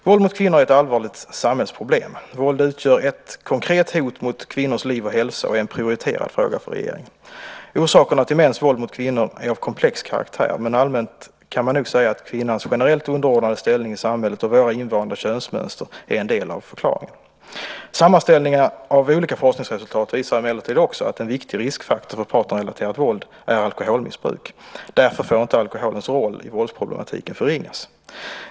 Våld mot kvinnor är ett allvarligt samhällsproblem. Våld utgör ett konkret hot mot kvinnors liv och hälsa och är en prioriterad fråga för regeringen. Orsakerna till mäns våld mot kvinnor är av komplex karaktär, men allmänt kan man nog säga att kvinnans generellt underordnade ställning i samhället och våra invanda könsmönster är en del av förklaringen. Sammanställningar av olika forskningsresultat visar emellertid också att en viktig riskfaktor för partnerrelaterat våld är alkoholmissbruk. Därför får inte alkoholens roll i våldsproblematiken förringas.